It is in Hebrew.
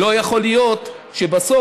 ולא יכול להיות שבסוף